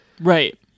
right